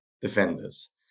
defenders